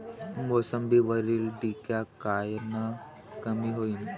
मोसंबीवरील डिक्या कायनं कमी होईल?